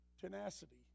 Tenacity